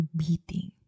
beating